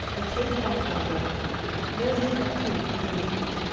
and take back thy brethren mercy and truth be with thee.